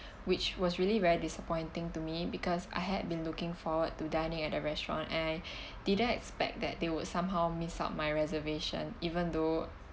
which was really very disappointing to me because I had been looking forward to dining at a restaurant and I didn't expect that they would somehow miss out my reservation even though